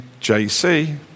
JC